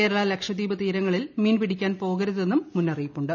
കേരള ലക്ഷദ്വീപ് തീരങ്ങളിൽ മീൻപിടിക്കാൻ പോകരുതെന്നും മുന്നറിയിപ്പ് ഉണ്ട്